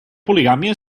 poligàmia